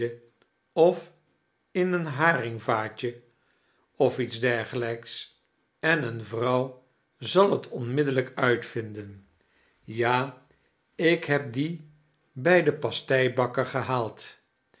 of in een haringvaatje of iets dergelijks en eene vrouw zal het onmiddellijk uitvinden ja ik heb dien bij den pasteibakker gehaald